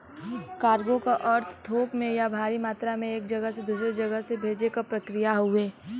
cargo क अर्थ थोक में या भारी मात्रा में एक जगह से दूसरे जगह से भेजे क प्रक्रिया हउवे